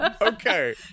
Okay